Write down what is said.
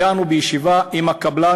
הגענו בישיבה עם הקבלן,